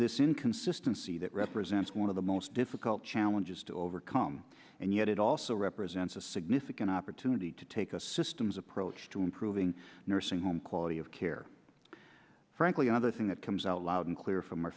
this inconsistency that represents one of the most difficult challenges to overcome and yet it also represents a significant opportunity to take a systems approach to improving nursing home quality of care frankly another thing that comes out loud and clear f